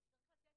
תשע"ט.